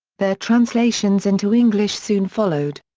their translations into english soon followed.